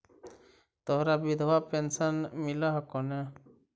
तोहरा विधवा पेन्शन मिलहको ने?